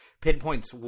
pinpoints